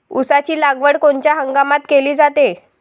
ऊसाची लागवड कोनच्या हंगामात केली जाते?